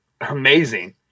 amazing